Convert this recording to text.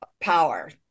power